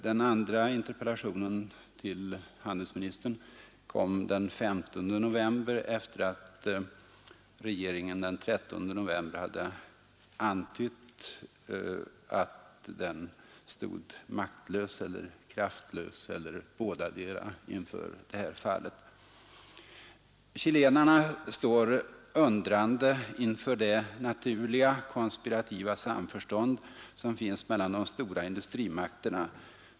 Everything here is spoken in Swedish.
Den andra interpellationen, till handelsministern, ställdes den 15 november efter att regeringen den 13 november hade antytt att den stod maktlös eller kraftlös eller bådadera inför det här fallet. Chilenarna står undrande inför det ”naturliga konspirativa samförstånd som finns mellan de stora industrimakterna”.